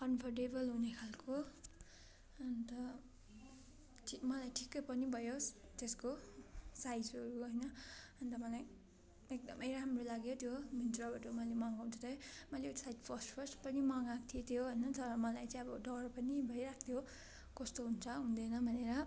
comfortable हुने खाले अन्त ठि मलाई ठिक्कै पनि भयो त्यसको साइजहरू होइन अन्त मलाई एकदम राम्रो लाग्यो त्यो मिन्त्राबाट मैले मगाउँदा चाहिँ मैले सायद फर्स्ट फर्स्ट पनि मगाएको थिएँ त्यो होइन तर मलाई चाहिँ अब डर पनि भइरहेको थियो कस्तो हुन्छ हुँदैन भनेर